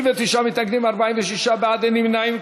59 מתנגדים ו-46 בעד, אין נמנעים.